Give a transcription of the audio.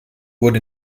wurde